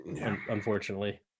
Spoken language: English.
unfortunately